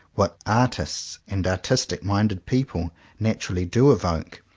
what artists and artistic minded people naturally do evoke.